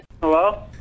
Hello